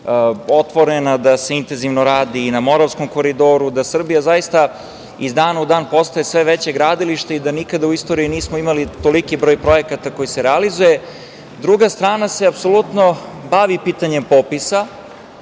otvorena, da se intenzivno radi i na Moravskom koridoru, i da Srbija zaista iz dana u dan postaje sve veće gradilište i da nikada u istoriji nismo imali toliki broj projekata koji se realizuje, druga strana se apsolutno bavi pitanjem popisa,